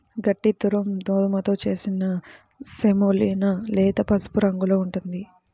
గట్టి దురుమ్ గోధుమతో చేసిన సెమోలినా లేత పసుపు రంగులో ఉంటుంది